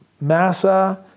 Massa